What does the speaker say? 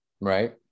right